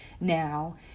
now